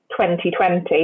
2020